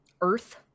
earth